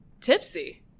tipsy